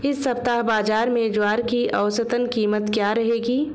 इस सप्ताह बाज़ार में ज्वार की औसतन कीमत क्या रहेगी?